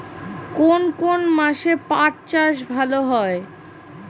কোন কোন মাসে পাট চাষ ভালো হয়?